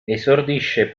esordisce